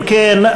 אם כן,